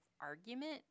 argument